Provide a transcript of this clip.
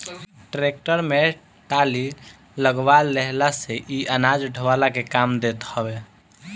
tractor में trolley लगवा लेहला से इ अनाज ढोअला के काम देत हवे